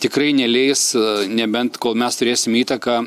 tikrai neleis nebent kol mes turėsim įtaką